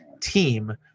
team